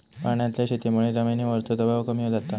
पाण्यातल्या शेतीमुळे जमिनीवरचो दबाव कमी जाता